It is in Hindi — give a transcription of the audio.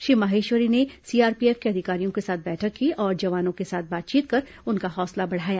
श्री माहेश्वरी ने सीआरपीएफ के अधिकारियों के साथ बैठक की और जवानों के साथ बातचीत कर उनका हौसला बढ़ाया